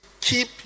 keep